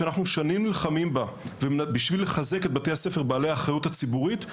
ששנים אנחנו נלחמים בה בשביל לחזק את בתי הספר בעלי האחריות הציבורית,